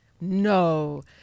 No